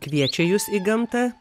kviečia jus į gamtą